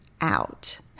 Out